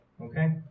Okay